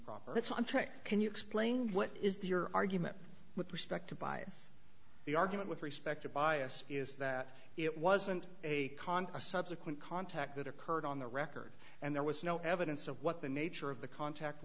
improper that's one trick can you explain what is the your argument with respect to bias the argument with respect to bias is that it wasn't a con a subsequent contact that occurred on the record and there was no evidence of what the nature of the contact